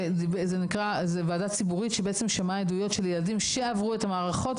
זה ועדה ציבורית שבעצם שמעה עדויות של ילדים שעברו את המערכות,